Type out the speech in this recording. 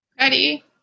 Ready